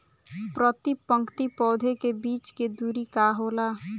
प्रति पंक्ति पौधे के बीच के दुरी का होला?